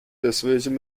deswegen